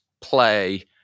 play